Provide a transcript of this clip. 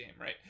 right